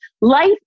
Life